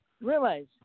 Realize